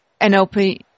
NLP